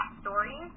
story